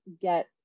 get